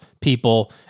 people